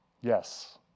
Yes